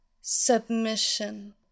Submission